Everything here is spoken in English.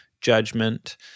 judgment